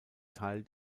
teil